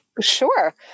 Sure